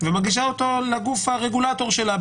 ומגישה אותו לגוף הרגולטור שלה,